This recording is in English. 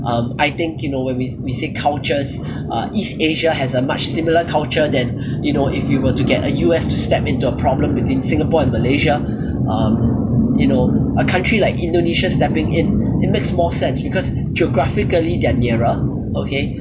um I think you know when we we say cultures uh east asia has a much similar culture than you know if you were to get uh U_S to step into a problem between singapore and malaysia um you know a country like indonesia stepping in it makes more sense because geographically they're nearer okay